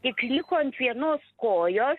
tik liko ant vienos kojos